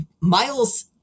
Miles